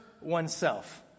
oneself